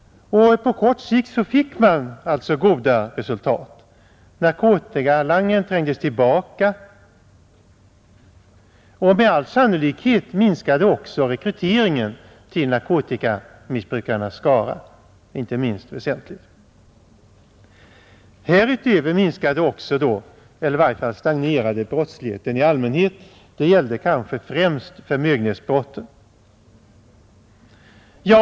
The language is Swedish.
På kort sikt uppnådde man goda resultat. Narkotikalangningen trängdes tillbaka, och med all sannolikhet minskade också rekryteringen till narkotikamissbrukarnas skara vilket inte är minst väsentligt. Härutöver minskade också eller i varje fall stagnerade brottsligheten i allmänhet. Det gällde då främst förmögenhetsbrotten.